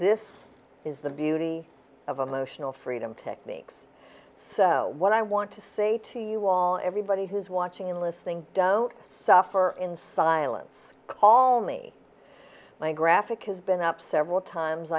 this is the beauty of emotional freedom techniques so what i want to say to you all everybody who is watching and listening don't suffer in silence call me my graphic has been up several times